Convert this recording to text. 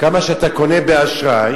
כמה שאתה קונה באשראי